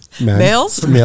Males